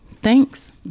thanks